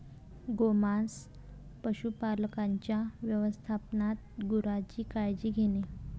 गोमांस पशुपालकांच्या व्यवस्थापनात गुरांची काळजी घेणे